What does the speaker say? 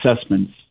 assessments